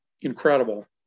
incredible